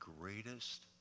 greatest